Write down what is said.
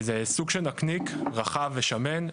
זה סוג של נקניק רחב ושמן,